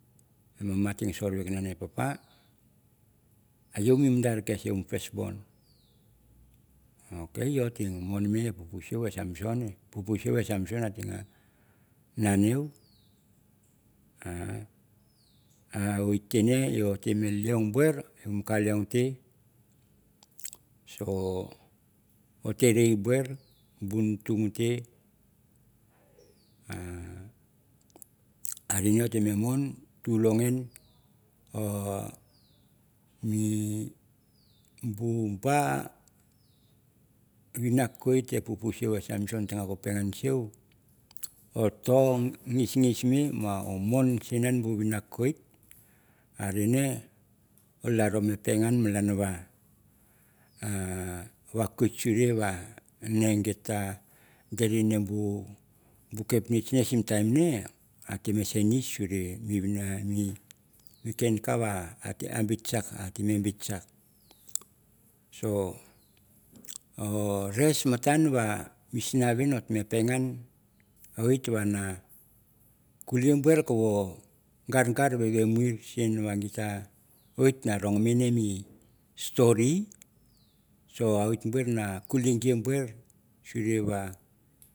Mama ate sore kenun e papa, yeo mi mandara kes mi pes bon ok yeo ote mon me pupu siu e samson ate nanei yeo a wit te rei buir bun tun te a rin nei or te mon telong ngain. Bu bar vinakwit et pupu siu e samson a te ko penan siu or tor ngesnges mi ma or mon sinan bu vinat kuwir, a renge or laro be pengan malan va natwik suri va git ve dere bu kepnitch sim bu ame nce suru a tem sensis a tem no bit chuck so or tem no res matan misna vin sin na ronmei mi stori. so a wit na kulei gir suri